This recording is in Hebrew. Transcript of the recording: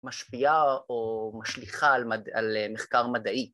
‫משפיעה או משליכה על מחקר מדעי.